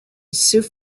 sioux